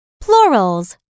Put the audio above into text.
Plurals